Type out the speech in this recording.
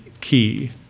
key